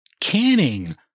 canning